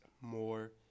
more